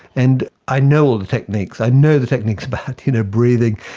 and i know all the techniques, i know the techniques about you know breathing,